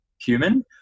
human